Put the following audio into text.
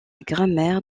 grammaire